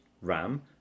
ram